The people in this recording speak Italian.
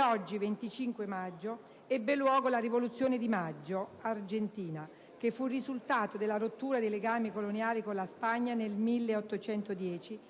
oggi, 25 maggio, ebbe luogo la «Rivoluzione di maggio» argentina, che fu il risultato della rottura dei legami coloniali con la Spagna nel 1810,